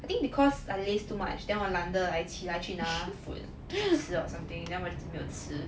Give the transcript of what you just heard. I think because I laze too much then 我懒得 like 起来去拿 food 去吃 or something then 我就没有吃